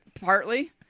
partly